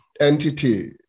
entity